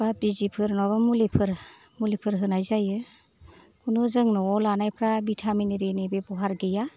एबा बिजिफोर माबा मुलिफोर मुलिफोर होनाय जायो खुनु जों न'आव लानायफ्रा भिटामिननि बेबहारफोर गैया